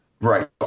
right